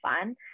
fun